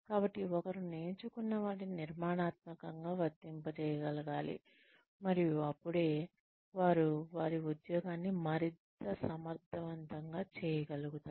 కాబట్టి ఒకరు నేర్చుకున్న వాటిని నిర్మాణాత్మకంగా వర్తింపజేయగలగాలి మరియు అపుడే వారు వారి ఉద్యోగాన్ని మరింత సమర్థవంతంగా చేయగలుగుతారు